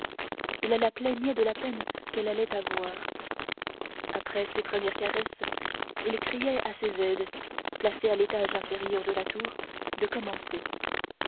il la plaignait de la peine qu'elle allait avoir après ces premières caresses il criait à ses aides placés à l'étage inférieur de la tour de commencer